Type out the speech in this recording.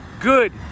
good